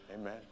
amen